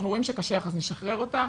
אנחנו רואים שקשה לך אז נשחרר אותך,